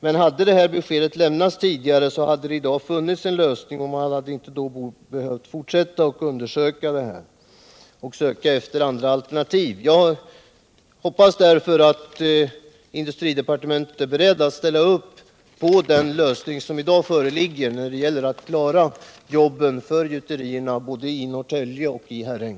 Men hade det här beskedet lämnats tidigare, så hade det i dag funnits en lösning, och man hade då inte behövt fortsätta med att söka efter andra alternativ. Jag hoppas därför att industridepartementet är berett att ställa upp på den lösning som i dag föreligger när det gäller att klara jobben för gjuterierna både i Norrtälje och i Herräng.